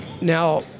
Now